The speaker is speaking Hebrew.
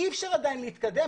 אי אפשר עדיין להתקדם.